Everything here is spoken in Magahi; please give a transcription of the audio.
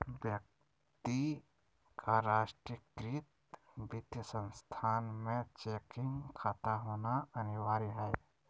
व्यक्ति का राष्ट्रीयकृत वित्तीय संस्थान में चेकिंग खाता होना अनिवार्य हइ